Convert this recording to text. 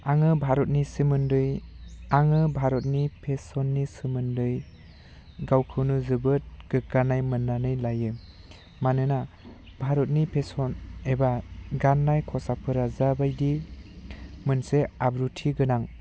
आङो भारतनि सोमोन्दै आङो भारतनि फेशननि सोमोन्दै गावखौनो जोबोद गोग्गानाय मोननानै लायो मानोना भारतनि फेशन एबा गाननाय खसाबफोरा जाबायदि मोनसे आब्रुथिगोनां